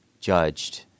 judged